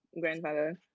grandfather